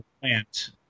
plant